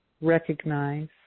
recognize